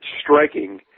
striking